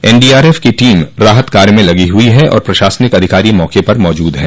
NDRF की team राहत कार्य में लगी हुई है और प्रशासनिक अधिकारी मौके पर मौजूद हैं